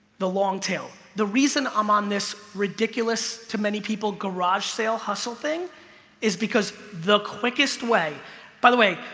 the longtail the reason i'm on this ridiculous too many people garage sale hustle thing is because the quickest way by the way,